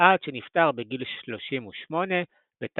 עד שנפטר בגיל 38 בתרע"ו.